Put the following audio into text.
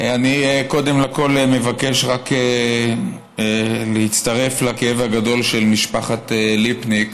אני קודם כול מבקש רק להצטרף לכאב הגדול של משפחת ליפניק,